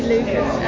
Lucas